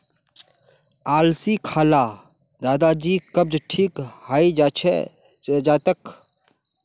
अलसी खा ल दादाजीर कब्ज ठीक हइ जा तेक